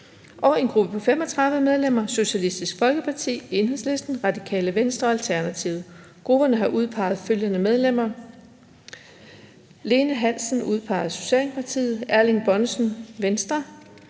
og en gruppe på 35 medlemmer: Socialistisk Folkeparti, Enhedslisten, Radikale Venstre og Alternativet. Grupperne har udpeget følgende medlemmer: 1. Lene Hansen (udpeget af S) 2. Erling Bonnesen